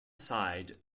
side